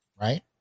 right